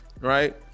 right